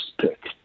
pick